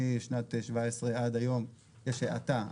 משנת 17 ועד היום יש האטה,